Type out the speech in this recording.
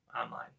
online